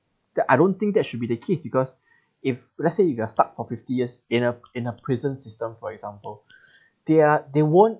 that I don't think that should be the case because if let's say you got stuck for fifty years in a in a prison system for example they are they won't